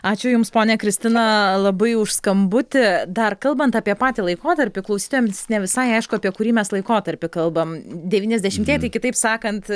ačiū jums ponia kristina labai už skambutį dar kalbant apie patį laikotarpį klausytojams ne visai aišku apie kurį mes laikotarpį kalbam devyniasdešimtieji tai kitaip sakant